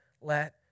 let